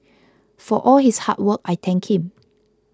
for all his hard work I thank him